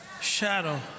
shadow